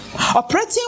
operating